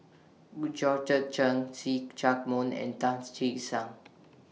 Chen See Chak Mun and Tan Che Sang